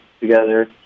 together